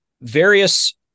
various